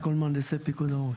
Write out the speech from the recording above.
את כל מהנדסי פיקוד העורף.